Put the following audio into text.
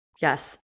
Yes